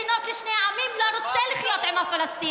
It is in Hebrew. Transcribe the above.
גם מי שאומר: שתי מדינות לשני עמים לא רוצה לחיות עם הפלסטינים.